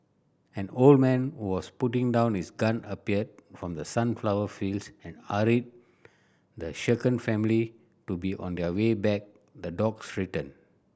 an old man who was putting down his gun appeared from the sunflower fields and hurried the shaken family to be on their way bear the dogs return